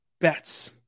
bets